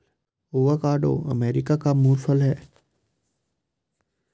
avocado America का मूल फल है